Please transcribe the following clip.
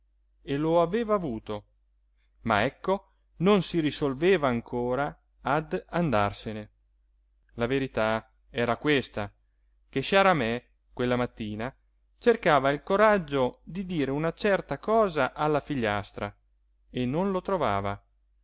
e lo aveva avuto ma ecco non si risolveva ancora ad andarsene la verità era questa che sciaramè quella mattina cercava il coraggio di dire una certa cosa alla figliastra e non lo trovava